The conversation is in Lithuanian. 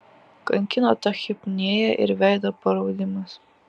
kankino tachipnėja ir veido paraudimas